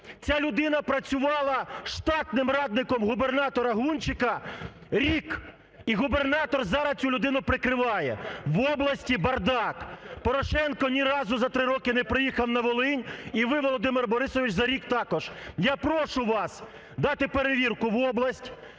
Ця людина працювала штатним радником губернатора Гунчика рік і губернатор зараз цю людину прикриває, в області бардак. Порошенко ні разу за три роки не приїхав на Волинь і ви, Володимир Борисович, за рік також. Я прошу вас дати перевірку в область